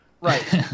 right